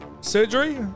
surgery